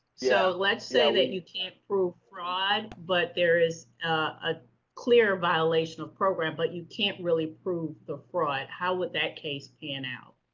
so let's say that you can't prove fraud but there is, ah, a clear violation of program but you can't really prove the fraud. how would that case pan out?